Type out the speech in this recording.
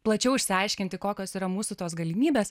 plačiau išsiaiškinti kokios yra mūsų tos galimybės